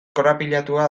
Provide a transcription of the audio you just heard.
korapilatuta